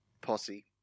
posse